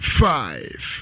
five